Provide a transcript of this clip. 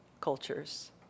cultures